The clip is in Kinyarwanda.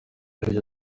aribyo